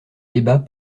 débat